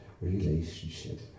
relationship